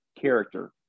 character